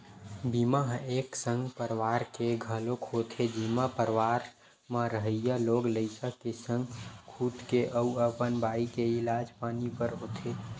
बीमा ह एक संग परवार के घलोक होथे जेमा परवार म रहइया लोग लइका के संग खुद के अउ अपन बाई के इलाज पानी बर होथे